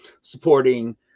supporting